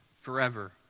forever